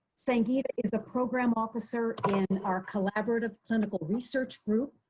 sangeeta is a program officer in our collaborative clinical research group.